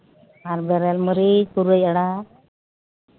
ᱟᱨᱵᱮᱨᱮᱞ ᱢᱟᱨᱤᱪ ᱯᱩᱨᱟᱹᱭ ᱟᱲᱟᱜ